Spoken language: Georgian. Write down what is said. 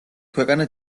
ქვეყანა